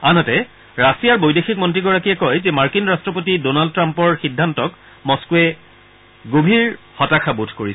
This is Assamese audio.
আনহাতে ৰাছিয়াৰ বৈদেশিক মন্ত্ৰীগৰাকীয়ে কয় যে মাৰ্কিন ৰট্টপতি ডনাল্ড ট্ৰাম্পৰ সিদ্ধান্তক মস্ধোৱে গভীৰ হতাশাবোধ কৰিছে